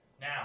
Now